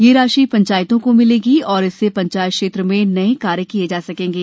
यह राशि पंचायतों को मिलेगी और इससे पंचायत क्षेत्र में नये कार्य किए जा सकेंगे